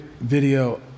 video